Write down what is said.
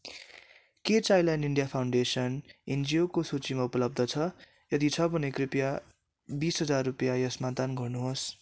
के child line India foundation एनजिओको सूचीमा उपलब्ध छ यदि छ भने कृपया बिस हजार रुपियाँ यसमा दान गर्नु होस्